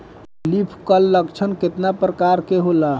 Leaf curl लक्षण केतना परकार के होला?